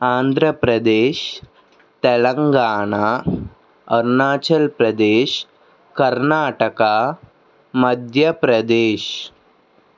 Andhra Pradesh Telangana Arunachal Pradesh Karnataka Madhya Pradesh